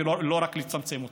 ולא רק לצמצם אותם.